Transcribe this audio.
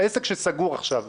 עסק שסגור עכשיו,